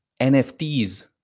NFTs